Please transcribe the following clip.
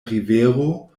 rivero